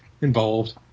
involved